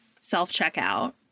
self-checkout